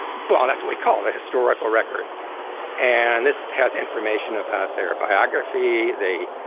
but well, that's what we call the historical record and this has information about their biography, the